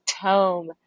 tome